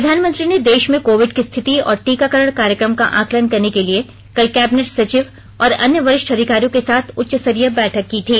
प्रधानमंत्री ने देश में कोविड की स्थिति और टीकाकरण कार्यक्रम का आकलन करने के लिए कल कैबिनेट सचिव और अन्य वरिष्ठ अधिकारियों के साथ उच्चस्तरीय बैठक की थी